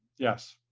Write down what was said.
yes,